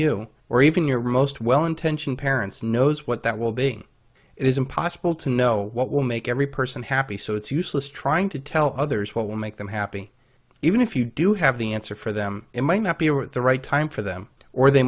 you or even your most well intentioned parents knows what that will be it is impossible to know what will make every person happy so it's useless trying to tell others what will make them happy even if you do have the answer for them it might not be what the right time for them or they